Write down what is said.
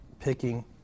picking